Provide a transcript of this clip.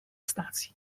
stacji